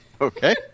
Okay